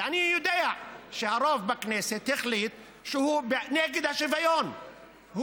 ואני יודע שהרוב בכנסת החליט שהוא נגד השוויון,